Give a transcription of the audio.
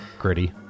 gritty